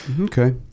Okay